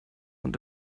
und